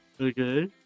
Okay